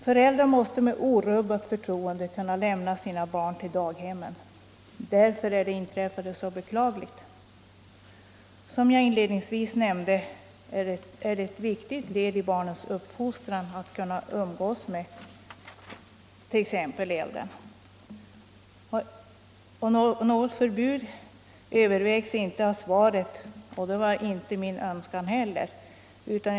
Föräldrar måste med orubbat förtroende kunna lämna sina barn på daghemmen, och därför är det inträffade så beklagligt. Som jag inledningsvis nämnde är det ett viktigt led i barnens fostran att de får lära sig umgås med eld, och av statsrådets svar framgår att man inte överväger att införa något förbud i det sammanhanget. Det var inte heller min önskan.